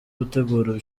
gutegura